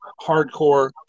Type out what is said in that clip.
hardcore